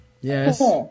yes